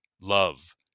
love